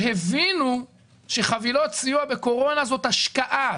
והבינו שחבילות סיוע בקורונה זאת השקעה.